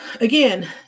again